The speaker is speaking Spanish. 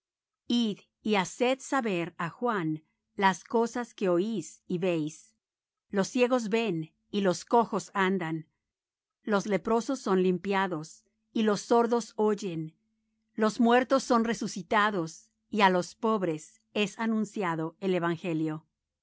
id y haced saber á juan las cosas que oís y veis los ciegos ven y los cojos andan los leprosos son limpiados y los sordos oyen los muertos son resucitados y á los pobres es anunciado el evangelio